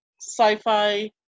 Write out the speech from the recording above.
sci-fi